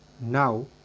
Now